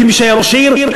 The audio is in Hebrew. כמי שהיה ראש עיר,